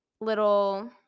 little